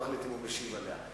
אם הוא משיב עליה.